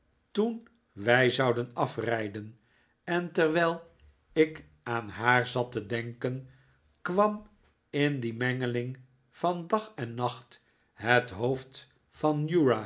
toen wij zouden afrijden en terwijl ik aan haar zat te denken kwam in die mengeling van dag en nacht het hoofd van